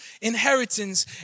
inheritance